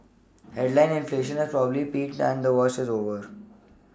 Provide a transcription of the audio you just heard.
headline inflation has probably peaked and the worst is over